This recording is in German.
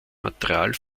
material